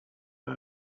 all